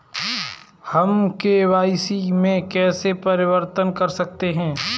हम के.वाई.सी में कैसे परिवर्तन कर सकते हैं?